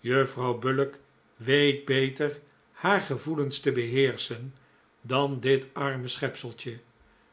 juffrouw bullock weet beter haar gevoelens te beheerschen dan dit arme schepseltje